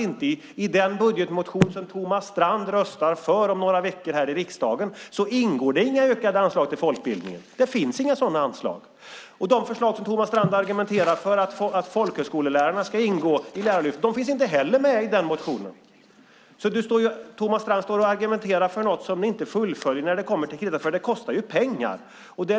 I den budgetmotion som Thomas Strand röstar för om några veckor här i riksdagen ingår inga ökade anslag till folkbildningen, noterar jag. Det finns inga sådana anslag. De förslag som Thomas Strand argumenterar för, att folkhögskolelärarna ska ingå i Lärarlyftet, finns inte heller med i den motionen. Thomas Strand står och argumenterar för något som ni inte fullföljer när det kommer till kritan, för det kostar pengar.